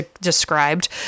described